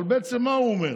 אבל בעצם מה הוא אומר?